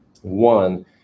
one